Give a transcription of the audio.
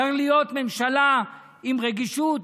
צריכה להיות ממשלה עם רגישות,